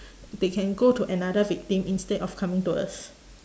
they can go to another victim instead of coming to us